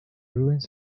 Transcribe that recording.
ruins